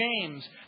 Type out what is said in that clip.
James